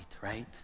right